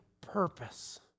purpose